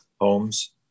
homes